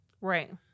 Right